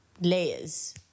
layers